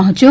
પહોંચ્યો